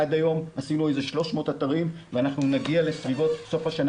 עד היום עשינו איזה 300 אתרים ונגיע בסביבות סוף השנה